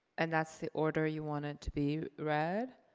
and that's the order you want it to be read?